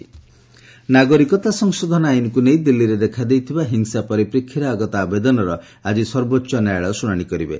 SC Delhi violence ନାଗରିକତା ସଂଶୋଧନ ଆଇନକୁ ନେଇ ଦିଲ୍ଲୀରେ ଦେଖାଦେଇଥିବା ହିଂସା ପରିପ୍ରେକ୍ଷୀରେ ଆଗତ ଆବେଦନର ଆଜି ସର୍ବୋଚ୍ଚ ନ୍ୟାୟାଳୟ ଶୁଣାଣି କରିବେ